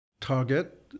target